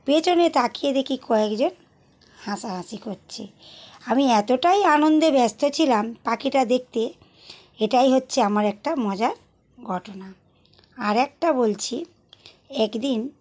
পেছনে তাকিয়ে দেখি কয়েকজন হাসাহাসি করছে আমি এতোটাই আনন্দে ব্যস্ত ছিলাম পাখিটা দেখতে এটাই হচ্ছে আমার একটা মজার ঘটনা আর একটা বলছি এক দিন